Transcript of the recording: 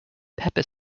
pepper